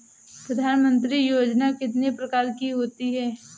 प्रधानमंत्री योजना कितने प्रकार की होती है?